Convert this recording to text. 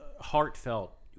heartfelt